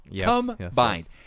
combined